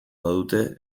badute